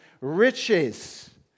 riches